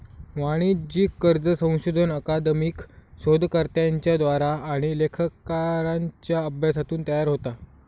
वाणिज्यिक कर्ज संशोधन अकादमिक शोधकर्त्यांच्या द्वारा आणि लेखाकारांच्या अभ्यासातून तयार होता